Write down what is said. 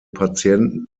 patienten